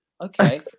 okay